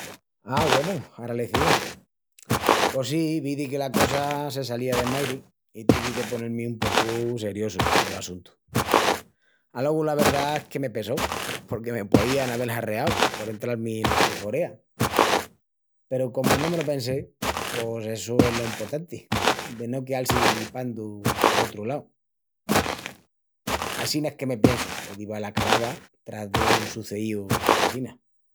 Á, güenu, agralecíu. Pos sí, vidi que la cosa se salía de mairi i tuvi de ponel-mi un pocu seriosu col assuntu. Alogu la verdà es que me pesó, porque me poìan avel harreau por entral-mi ena estoforea. Peru comu no me lo pensé pos essu es lo emportanti, de no queal-si guipandu pa sotru lau. Assina es que me piensu que diva la carava tras dun suceíu assina.